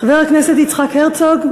חבר הכנסת יצחק הרצוג,